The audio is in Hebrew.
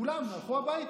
כולם הלכו הביתה.